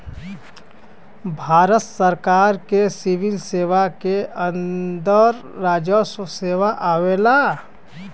भारत सरकार के सिविल सेवा के अंदर राजस्व सेवा आवला